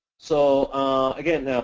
so again,